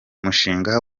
mushinga